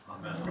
Amen